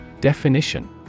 Definition